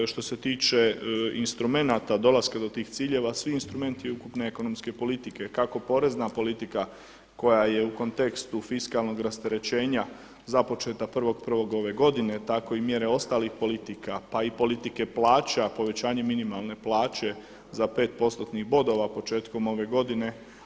Što se tiče instrumenata dolaska do tih ciljeva svi instrumenti ukupne ekonomske politike, kako porezna politika koja je u kontekstu fiskalnog rasterećenja započeta 1.1. ove godine, tako i mjere ostalih politika, pa i politike plaća, povećanje minimalne plaće za 5 postotnih bodova početkom ove godine.